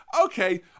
Okay